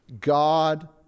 God